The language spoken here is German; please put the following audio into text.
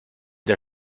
der